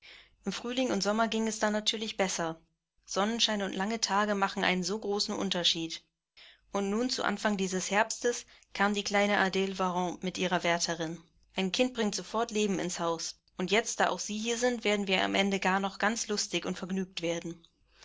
im frühling und sommer ging es dann natürlich besser sonnenschein und lange tage machen einen so großen unterschied und nun zu anfang dieses herbstes kam die kleine adele varens mit ihrer wärterin ein kind bringt sofort leben ins haus und jetzt da auch sie hier sind werden wir am ende gar noch ganz lustig und vergnügt werden